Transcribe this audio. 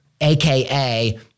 AKA